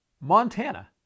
montana